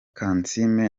kansiime